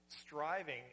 striving